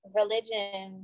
religion